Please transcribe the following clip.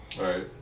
Right